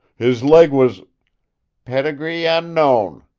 his leg was pedigree unknown,